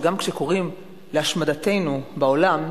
שגם כשקוראים להשמדתנו בעולם,